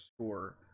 score